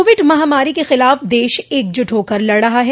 Covid महामारी के खिलाफ देश एकजुट होकर लड़ रहा है